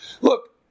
look